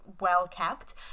well-kept